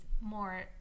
more